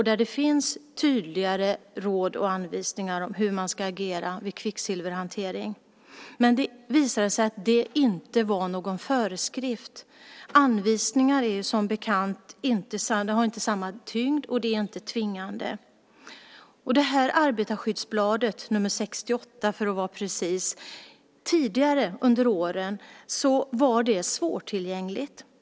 Där finns tydligare råd och anvisningar om hur man ska agera vid kvicksilverhantering. Men det visade sig att det inte var någon föreskrift. Anvisningar har som bekant inte samma tyngd och är inte tvingande. Arbetarskyddsbladet, nr 68 för att vara precis, var tidigare under åren svårtillgängligt.